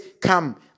come